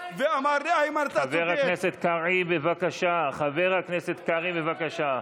ואמר לי: איימן, מתי, חבר הכנסת קרעי, בבקשה.